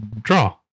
Draw